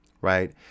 Right